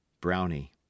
Brownie